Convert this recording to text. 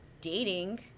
dating